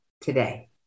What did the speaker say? today